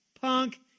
punk